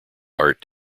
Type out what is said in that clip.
art